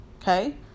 okay